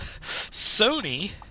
Sony